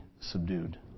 subdued